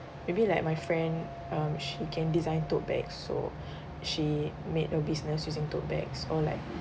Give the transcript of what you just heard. maybe like my friend um she can design tote bag so she made a business using tote bags or like